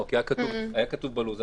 כשדיברנו על